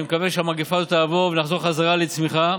אני מקווה שהמגפה הזאת תעבור ונחזור בחזרה לצמיחה,